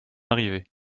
arrivée